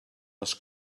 les